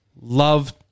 Love